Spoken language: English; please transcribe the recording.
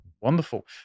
wonderful